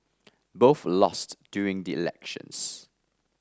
both lost during the elections